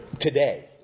Today